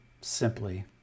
Simply